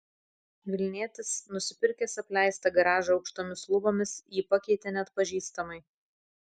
vilnietis nusipirkęs apleistą garažą aukštomis lubomis jį pakeitė neatpažįstamai